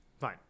fine